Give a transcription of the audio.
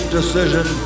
decision